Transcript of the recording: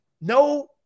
no